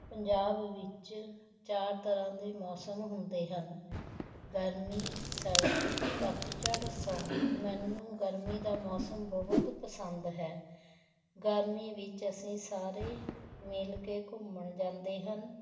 ਪੰਜਾਬ ਵਿੱਚ ਚਾਰ ਤਰ੍ਹਾਂ ਦੇ ਮੌਸਮ ਹੁੰਦੇ ਹਨ ਗਰਮੀ ਸਰਦੀ ਪਤਝੜ ਸੌਣ ਮੈਨੂੰ ਗਰਮੀ ਦਾ ਮੌਸਮ ਬਹੁਤ ਪਸੰਦ ਹੈ ਗਰਮੀ ਵਿੱਚ ਅਸੀਂ ਸਾਰੇ ਮਿਲ ਕੇ ਘੁੰਮਣ ਜਾਂਦੇ ਹਨ